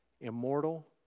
immortal